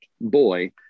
boy